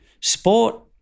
sport